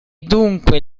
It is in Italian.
dunque